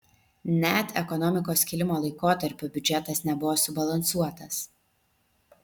net ekonomikos kilimo laikotarpiu biudžetas nebuvo subalansuotas